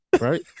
right